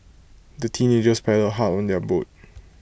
the teenagers paddled hard on their boat